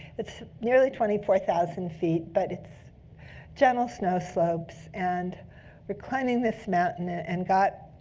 it's nearly twenty four thousand feet, but it's gentle snow slopes. and we're climbing this mountain, ah and got